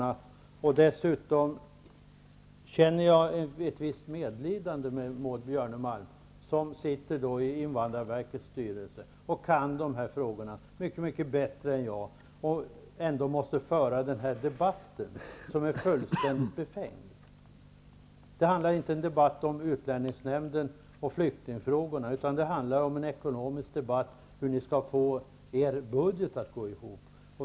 Jag känner dessutom ett visst medlidande med Maud Björnemalm som sitter i invandrarverkets styrelse och kan dessa frågor mycket bättre än jag. Ändå måste hon föra denna debatt som är fullständigt befängd. Det är inte en debatt om utlänningsnämnden och flyktingfrågorna, utan det är en ekonomisk debatt som handlar om hur ni skall få er budget att gå ihop.